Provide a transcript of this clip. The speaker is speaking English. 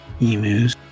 Emus